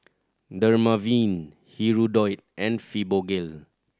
Dermaveen Hirudoid and Fibogel